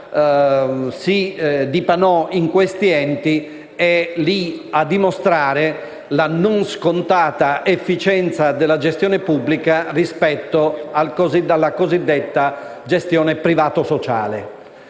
si dipanò in questi enti è lì a dimostrare la non scontata efficienza della gestione pubblica rispetto alla cosiddetta gestione privato-sociale.